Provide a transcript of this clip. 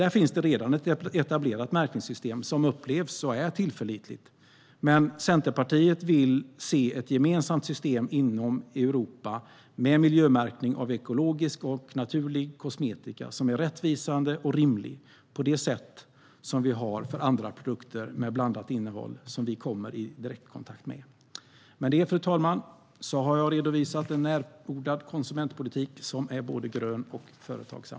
Där finns det redan ett etablerat märkningssystem som upplevs som och är tillförlitligt. Centerpartiet vill se ett gemensamt system inom Europa med miljömärkning av ekologisk och naturlig kosmetika som är rättvisande och rimlig, på det sätt som vi har för andra produkter med blandat innehåll som vi kommer i direktkontakt med. Fru talman! Med det har jag redovisat en närodlad konsumentpolitik som är både grön och företagsam.